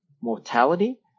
mortality